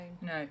No